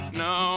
no